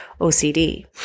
OCD